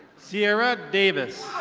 sierra davis.